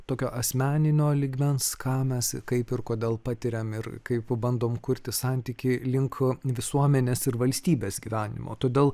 tokio asmeninio lygmens ką mes kaip ir kodėl patiriam ir kaip bandom kurti santykį link visuomenės ir valstybės gyvenimo todėl